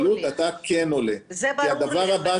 זה לא משהו חדש.